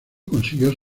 consiguieron